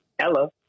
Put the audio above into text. Hello